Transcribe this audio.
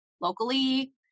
locally